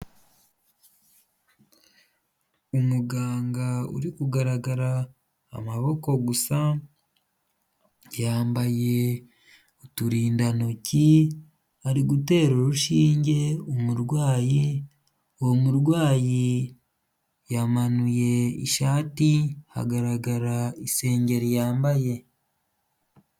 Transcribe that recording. Umuganga uri kugaragara amaboko gusa yambaye uturindantoki ari gutera urushinge umurwayi, uwo murwayi yamanuye ishati hagaragara isengeri yambaye.